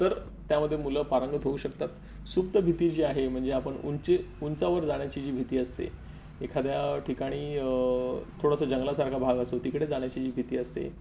तर त्यामध्ये मुलं पारंगत होऊ शकतात सुप्त भीती जी आहे म्हणजे आपण उंची उंचावर जाण्याची जी भीती असते एखाद्या ठिकाणी थोडंसं जंगलासारखा भाग असो तिकडे जाण्याची जी भीती असते